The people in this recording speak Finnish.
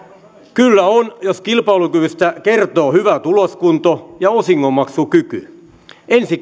kyllä on jos kilpailukyvystä kertoo hyvä tuloskunto ja osingonmaksukyky ensi